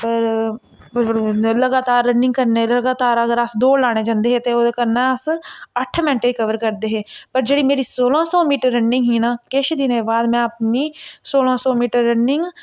होर लगातार रनिंग करने लगातार अस अगर दौड़ लाने जंदे हे तां ओह्दे कन्नै अस अट्ठ मैंटे च कवर करदे हे पर जेह्ड़ी मेरी सोलां सौ मीटर रनिंग ही नां किश दिनें बाद में अपनी सोलां सौ मीटर रनिंग